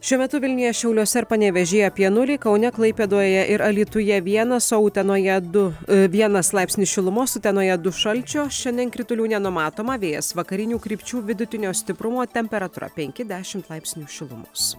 šiuo metu vilniuje šiauliuose ir panevėžyje apie nulį kaune klaipėdoje ir alytuje vienas o utenoje du vienas laipsnis šilumos utenoje du šalčio šiandien kritulių nenumatoma vėjas vakarinių krypčių vidutinio stiprumo temperatūra penki dešimt laipsnių šilumos